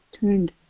turned